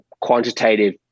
quantitative